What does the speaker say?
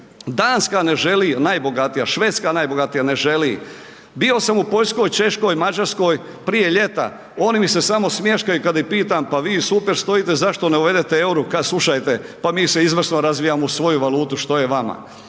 Danska ne želi, a najbogatija, Švedska najbogatija ne želi. Bio sam u Poljskoj, Češkoj, Mađarskoj prije ljeta oni mi se samo smješkaju kad ih pitam pa vi super stojite zašto ne uvedete EURO-o, kaže slušajte pa mi se izvrsno razvijamo uz svoju valutu što je vama.